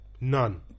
None